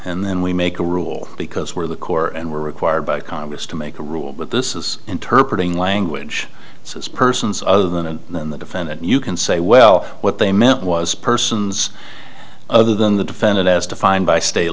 and then we make a rule because where the core and we're required by congress to make a rule but this is interpreted in language it's persons other than and then the defendant you can say well what they meant was persons other than the defendant as defined by state